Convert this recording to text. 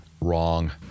Wrong